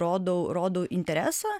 rodau rodau interesą